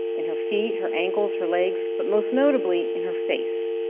in her feet, her ankles, her legs, but most notably in her face.